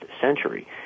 century